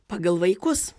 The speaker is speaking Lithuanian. pagal vaikus